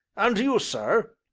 and you, sir,